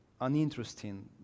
uninteresting